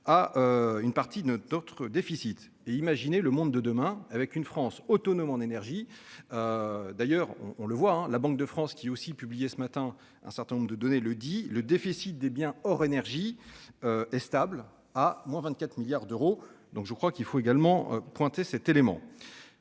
à. Une partie ne d'autres déficits et imaginer le monde de demain avec une France autonome en énergie. D'ailleurs on on le voit hein. La Banque de France qui aussi publié ce matin un certain nombre de données le dit le déficit des biens hors énergie. Et stable, à moins 24 milliards d'euros. Donc je crois qu'il faut également pointé cet élément.